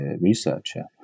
researcher